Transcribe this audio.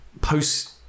post